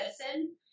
medicine